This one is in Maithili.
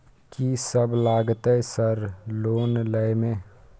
कि सब लगतै सर लोन लय में?